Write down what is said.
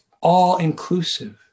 all-inclusive